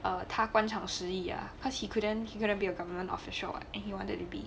err 他官场失意 ah cause he couldn't he couldn't be a government official [what] and he wanted to be